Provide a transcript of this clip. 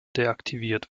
deaktiviert